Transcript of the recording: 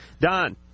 Don